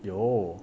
有